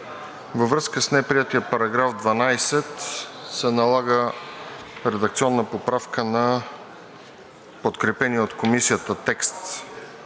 Във връзка с неприетия § 12 се налага редакционна поправка на подкрепения от Комисията текст